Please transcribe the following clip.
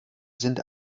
sind